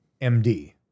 MD